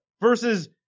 versus